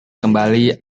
kembali